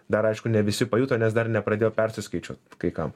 dar aišku ne visi pajuto nes dar nepradėjo persiskaičiuot kai kam